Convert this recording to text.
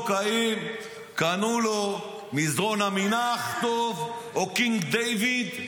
אם קנו לו מזרן עמינח טוב או קינג דייוויד,